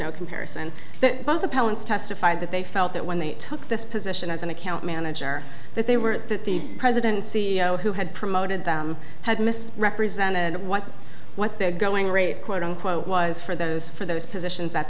no comparison that both the parents testified that they felt that when they took this position as an account manager that they were that the president c e o who had promoted them had misrepresented what what they're going rate quote unquote was for those for those positions at